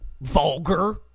vulgar